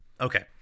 okay